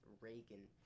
Reagan